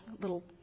little